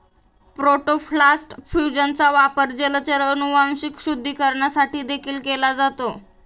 protoplast फ्यूजनचा वापर जलचर अनुवांशिक शुद्धीकरणासाठी देखील केला जातो